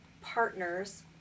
partners